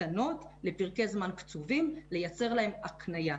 קטנות לפרקי זמן קצובים לייצר להם הקניה,